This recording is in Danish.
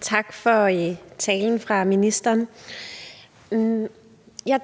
Tak til ministeren for